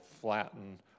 flatten